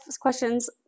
questions